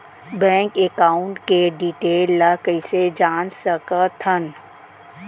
Bank account के detail ल कइसे जान सकथन?